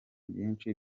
byinshi